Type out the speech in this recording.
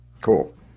Cool